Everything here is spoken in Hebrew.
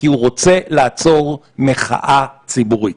כי הוא רוצה לעצור מחאה ציבורית.